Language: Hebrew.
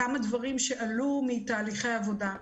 כמה דברים שעלו מתהליכי העבודה: